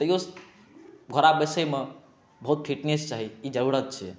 तैओ घोड़ा बैसऽमे बहुत फिटनेस चाही ई जरूरत छै